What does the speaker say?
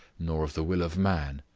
nor of the will of man,